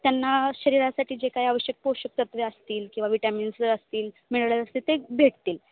त्यांना शरीरासाठी जे काय आवश्यक पोषक तत्वे असतील किंवा विटॅमिन्स जर असतील मिनरल असतील ते भेटतील